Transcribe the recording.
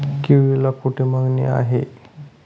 केळीला कोठे मागणी आहे?